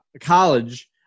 College